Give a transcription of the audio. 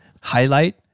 highlight